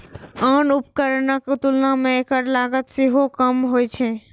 आन उपकरणक तुलना मे एकर लागत सेहो कम होइ छै